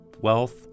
wealth